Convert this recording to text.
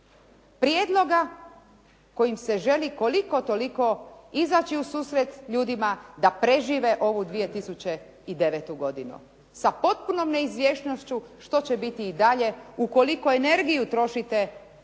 prijedloga kojim se želi koliko-toliko izaći u susret ljudima da prežive ovu 2009. godinu sa potpunom neizvjesnošću što će biti i dalje ukoliko energiju trošite